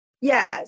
Yes